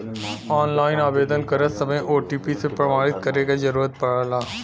online आवेदन करत समय ओ.टी.पी से प्रमाणित करे क जरुरत पड़ला